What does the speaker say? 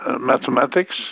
mathematics